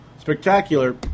spectacular